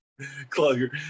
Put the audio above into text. Clogger